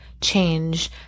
change